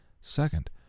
Second